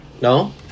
No